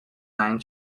nine